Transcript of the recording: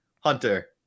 Hunter